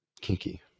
Kinky